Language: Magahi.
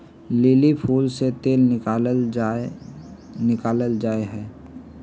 लिली फूल से तेल भी निकाला जाहई